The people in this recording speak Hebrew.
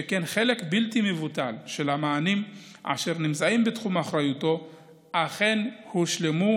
שכן חלק בלתי מבוטל של המענים אשר נמצאים בתחום אחריותו אכן הושלמו,